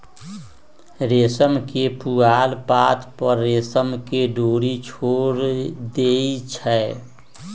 रेशम के पिलुआ पात पर रेशम के डोरी छोर देई छै